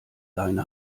leine